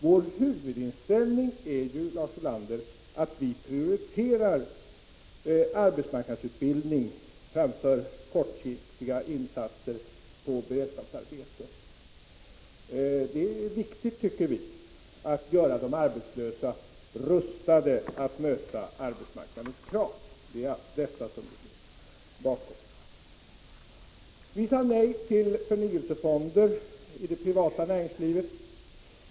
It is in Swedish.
Vår huvudinställning, Lars Ulander, är att vi prioriterar arbetsmarknadsutbildning framför kortsiktiga insatser på beredskapsarbeten. Det är viktigt att göra de arbetslösa rustade att möta arbetsmarknadens krav. Det är alltså detta som ligger bakom vår inställning. Vi sade nej till förnyelsefonder i det privata näringslivet.